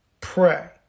Pray